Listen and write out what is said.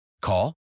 Call